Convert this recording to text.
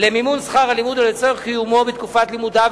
למימון שכר הלימוד ולצורך קיומו בתקופת לימודיו,